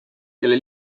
kelle